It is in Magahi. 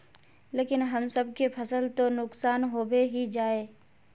लेकिन हम सब के फ़सल तो नुकसान होबे ही जाय?